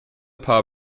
paar